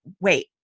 wait